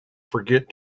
forget